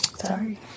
Sorry